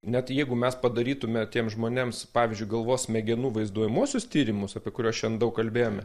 net jeigu mes padarytume tiems žmonėms pavyzdžiui galvos smegenų vaizduojamuosius tyrimus apie kuriuos šiandien daug kalbėjome